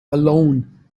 alone